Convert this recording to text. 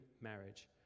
marriage